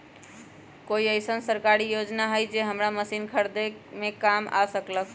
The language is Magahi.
कोइ अईसन सरकारी योजना हई जे हमरा मशीन खरीदे में काम आ सकलक ह?